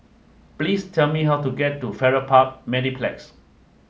please tell me how to get to Farrer Park Mediplex